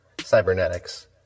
cybernetics